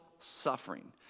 suffering